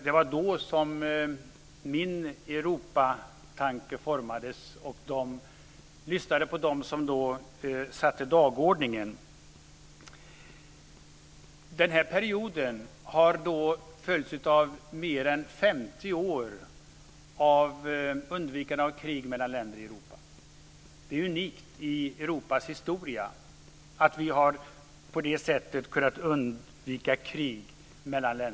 Det var då min Europatanke formades, och jag lyssnade på dem som då satte dagordningen. Den här perioden har följts av mer än 50 år av undvikande av krig mellan länderna. Det är unikt i Europas historia att vi på det sättet kunnat undvika krig.